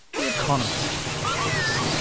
the economist, of course!